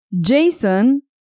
Jason